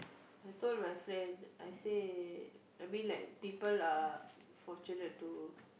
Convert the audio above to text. I told my friend I say I mean like people are fortunate to